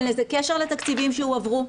אין לזה קשר לתקציבים שהועברו,